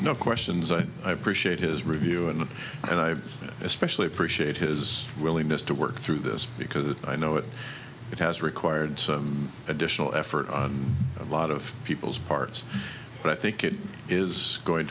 no questions i appreciate his review and and i especially appreciate his willingness to work through this because i know it it has required some additional effort on a lot of people's parts but i think it is going